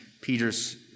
Peter's